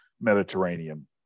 Mediterranean